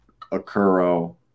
Akuro